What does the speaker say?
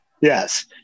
Yes